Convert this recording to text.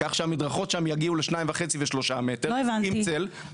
כך שהמדרכות שם יגיעו ל-2.5-3 מטרים עם צל לא הבנתי,